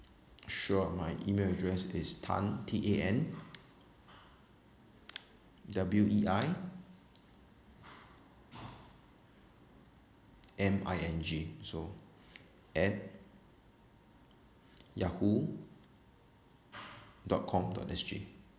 sure my email address is tan T A N W E I M I N G so at Yahoo dot com dot S G